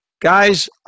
guys